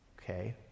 Okay